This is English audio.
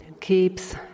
keeps